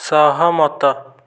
ସହମତ